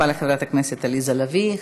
תודה רבה לחברת הכנסת עליזה לביא.